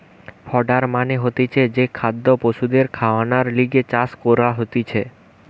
fodder মানে হতিছে যে খাদ্য পশুদের খাওয়ানর লিগে চাষ করা হতিছে